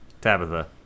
Tabitha